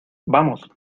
vamos